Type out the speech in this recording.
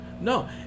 no